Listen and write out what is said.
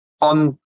on